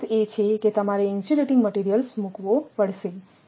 મારો અર્થ એ છે કે તમારે ઇન્સ્યુલેટીંગ મટિરિયલ્સ મૂકવો પડશે